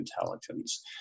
intelligence